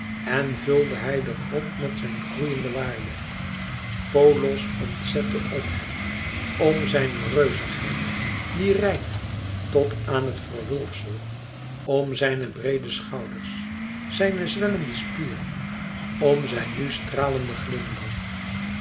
en vulde hij de grot met zijn groeiende waarde folos ontzette om hem om zijne reuzigheid die reikte tot aan het verwulfsel om zijne breede schouders zijne zwellende spieren om zijn nu stralenden glimlach